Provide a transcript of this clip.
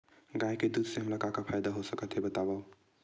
गाय के दूध से हमला का का फ़ायदा हो सकत हे बतावव?